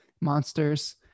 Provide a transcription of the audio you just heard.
monsters